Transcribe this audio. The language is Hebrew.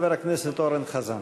חבר הכנסת אורן חזן.